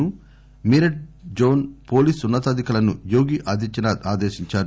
ను Meerut zone police ఉన్న తాధికారులను యోగీ ఆదిత్యా నాథ్ ఆదేశించారు